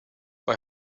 bei